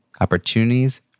opportunities